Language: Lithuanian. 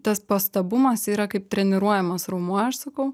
tas pastabumas yra kaip treniruojamas raumuo aš sakau